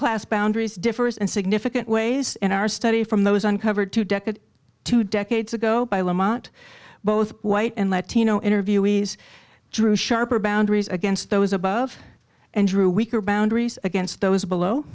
class boundaries differs in significant ways in our study from those uncovered two decades two decades ago by lamont both white and latino interviewees drew sharper boundaries against those above and drew weaker boundaries against those below